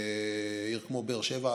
עיר כמו באר שבע,